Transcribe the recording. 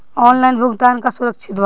Online भुगतान का सुरक्षित बा?